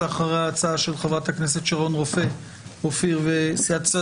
לאחריה ההצעה של חברת הכנסת שרון רופא אופיר וסיעת ישראל